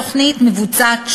התוכנית מבוצעת,